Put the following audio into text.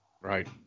right